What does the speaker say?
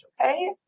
okay